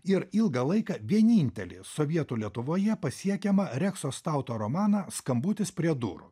ir ilgą laiką vienintelį sovietų lietuvoje pasiekiamą rekso stauto romaną skambutis prie durų